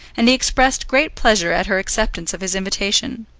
and he expressed great pleasure at her acceptance of his invitation.